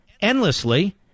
endlessly